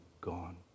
gone